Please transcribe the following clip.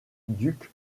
ducs